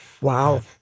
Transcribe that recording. Wow